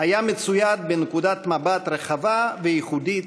היה מצויד בנקודת מבט רחבה וייחודית,